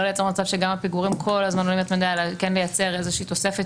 לא לייצר מצב שגם הפיגורים כל הזמן עולים אלא לייצר איזושהי תוספת